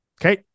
Okay